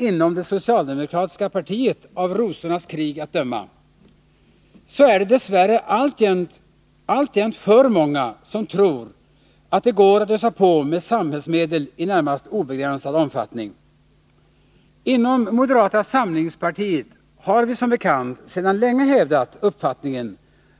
inom det socialdemokratiska partiet, av ”rosornas krig” att döma -— så är det dess värre alltjämt för många som tror att det går att ösa på med samhällsmedel i närmast obegränsad omfattning. Inom moderata samlingspartiet har vi som bekant sedan länge hävdat uppfattningen